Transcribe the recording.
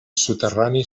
soterrani